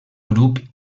grup